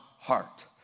heart